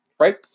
Right